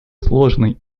сложный